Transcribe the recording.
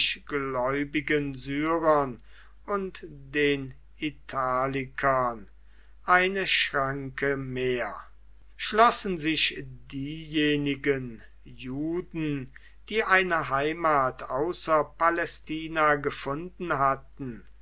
mosaisch gläubigen syrern und den italikern eine schranke mehr schlossen sich diejenigen juden die eine heimat außer palästina gefunden hatten